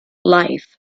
life